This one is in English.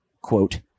quote